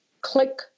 click